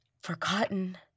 forgotten